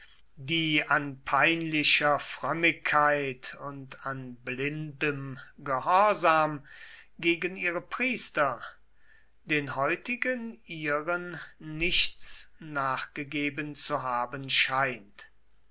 die an peinlicher frömmigkeit und an blindem gehorsam gegen ihre priester den heutigen iren nichts nachgegeben zu haben scheint